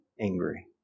angry